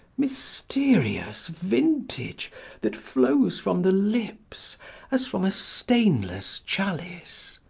mysterious vintage that flows from the lips as from a stainless chalice!